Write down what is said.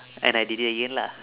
and I did it again lah